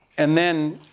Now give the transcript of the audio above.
and then,